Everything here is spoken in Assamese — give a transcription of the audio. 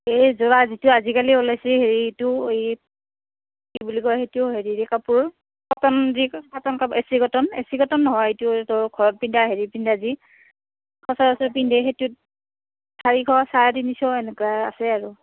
এই যোৱা যিটো আজিকালি ওলাইছে হেৰি এইটো এই কি বুলি কয় সেইটো হেৰিৰ কাপোৰ কটন যি কটন কা এ চি কটন এ চি কটন নহয় এইটো তো ঘৰত পিন্ধা হেৰিত পিন্ধা যি সচৰাচৰ পিন্ধে সেইটোত চাৰিশ চাৰে তিনিশ এনেকুৱা আছে আৰু